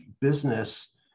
business